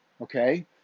okay